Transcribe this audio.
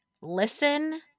Listen